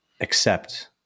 accept